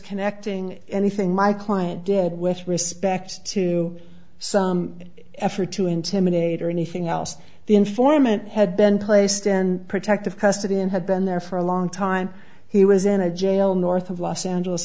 connecting anything my client did with respect to some effort to intimidate or anything else the informant had been placed in protective custody and had been there for a long time he was in a jail north of los angeles